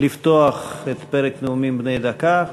לפתוח את פרק הנאומים בני הדקה,